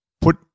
put